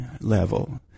level